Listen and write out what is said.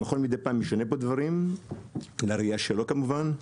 המכון מידי פעם משנה בו דברים לראייה שלו כמובן.